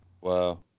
wow